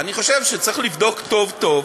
אני חושב שצריך לבדוק טוב-טוב